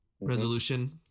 resolution